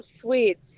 sweets